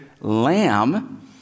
lamb